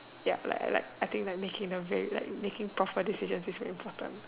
ya like like I think making like making proper decisions is very important